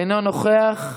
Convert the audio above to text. אינו נוכח,